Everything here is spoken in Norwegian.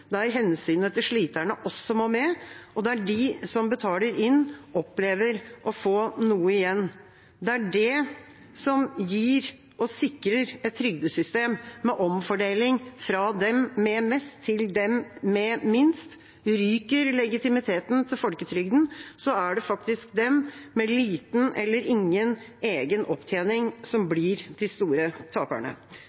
hensynet til sliterne også må med, og der de som betaler inn, opplever å få noe igjen. Det er det som gir og sikrer et trygdesystem med omfordeling fra dem med mest til dem med minst. Ryker legitimiteten til folketrygden, er det faktisk dem med liten eller ingen egen opptjening som blir de store taperne. Da tar jeg opp de forslagene som